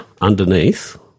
underneath